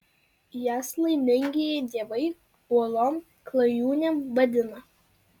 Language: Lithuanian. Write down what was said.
jas laimingieji dievai uolom klajūnėm vadina